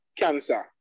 cancer